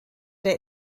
der